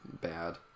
bad